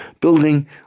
building